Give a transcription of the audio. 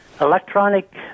electronic